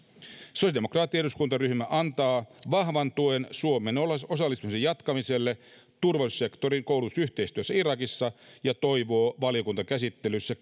sosiaalidemokraattinen eduskuntaryhmä antaa vahvan tuen suomen osallistumisen jatkamiselle turvallisuussektorikoulutusyhteistyössä irakissa ja toivoo valiokuntakäsittelyssä